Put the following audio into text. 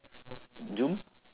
do